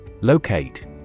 Locate